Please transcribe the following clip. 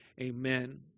Amen